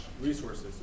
resources